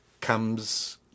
comes